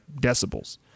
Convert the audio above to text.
decibels